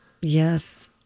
Yes